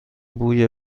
بوی